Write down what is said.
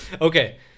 Okay